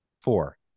Four